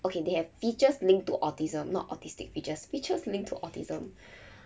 okay they have features linked to autism not autistic features features linked to autism